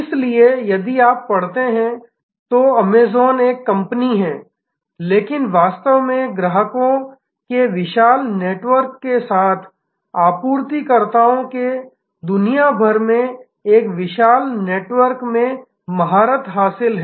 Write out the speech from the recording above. इसलिए यदि आप पढ़ते हैं तो अमेज़ॅन जो एक कंपनी है लेकिन यह वास्तव में ग्राहकों के विशाल नेटवर्क के साथ आपूर्तिकर्ताओं के दुनिया भर में एक विशाल नेटवर्क में महारत हासिल है